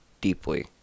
deeply